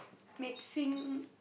mixing